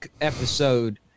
episode